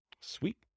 Sweet